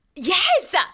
Yes